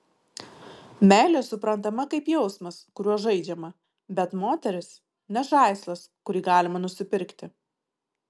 meilė suprantama kaip jausmas kuriuo žaidžiama bet moteris ne žaislas kurį galima nusipirkti